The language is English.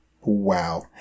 wow